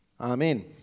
Amen